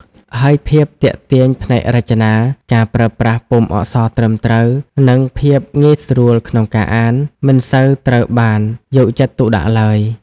ហើយភាពទាក់ទាញផ្នែករចនា ការប្រើប្រាស់ពុម្ពអក្សរត្រឹមត្រូវ និងភាពងាយស្រួលក្នុងការអាន មិនសូវត្រូវបានយកចិត្តទុកដាក់ឡើយ។